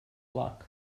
luck